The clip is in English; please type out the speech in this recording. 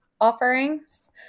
offerings